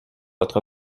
votre